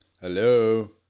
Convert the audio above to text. Hello